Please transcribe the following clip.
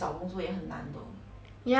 ya that's why 可是 like